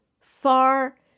far